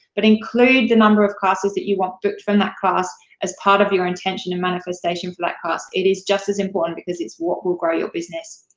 but include the number of classes that you want booked from that class as part of your intention and manifestation for that class. it is just as important, because it's what will grow your business,